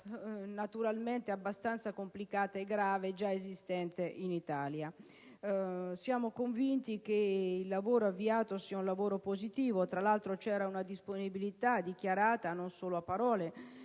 naturalmente abbastanza complicata e grave già esistente in Italia. Siamo convinti che il lavoro avviato sia positivo; tra l'altro, c'era una disponibilità dichiarata, non solo a parole,